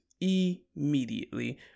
Immediately